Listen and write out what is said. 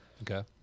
Okay